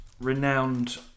renowned